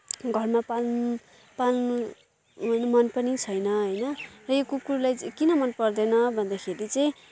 घरमा पाल पाल पाल्नु मन पनि छैन होइन र यो कुकुरलाई चाहिँ किन मनपर्दैन भन्दाखेरि चाहिँ